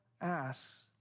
asks